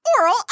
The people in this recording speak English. oral